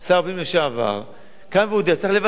קם והודיע שצריך לבטל את חוק השבות, ונימוקיו עמו.